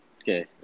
Okay